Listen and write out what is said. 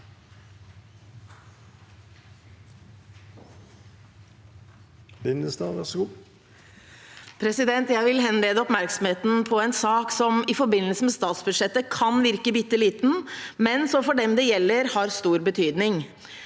Jeg vil hen- lede oppmerksomheten på en sak som i forbindelse med statsbudsjettet kan virke bitte liten, men som for dem det gjelder, har stor betydning.